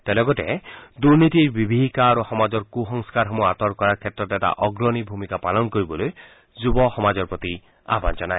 তেওঁ লগতে দুৰ্নীতিৰ বিভীষিকা আৰু সমাজৰ কুসংস্কাৰসমূহ আঁতৰ কৰাৰ ক্ষেত্ৰত এটা অগ্ৰণী ভূমিকা পালন কৰিবলৈ যুৱ সমাজৰ প্ৰতি আহান জনায়